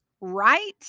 right